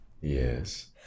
Yes